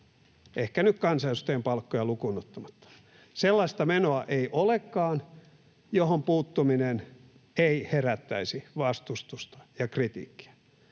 ehkä nyt kansanedustajien palkkoja lukuun ottamatta — johon puuttuminen ei herättäisi vastustusta ja kritiikkiä.